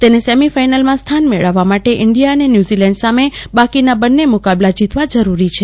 તેને સેમિફાઇનલમાં સ્થાન મેળવવા માટે ઇન્ડિયા અને ન્યૂઝીલેન્ડ સામે બાકીના બંને મુકાબલા જીતવા જરૂરી છે